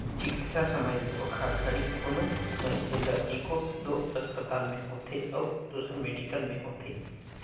चिकित्सा संबंधी धोखाघड़ी कोनो मइनसे ल एगोट दो असपताल में होथे अउ दूसर मेडिकल में होथे